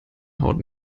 haut